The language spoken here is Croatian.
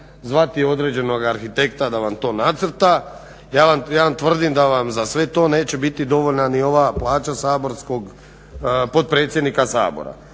zvati određenog arhitekta da vam to nacrta. Ja vam tvrdim da vam za sve to neće biti dovoljna ni ova plaća potpredsjednika Sabora.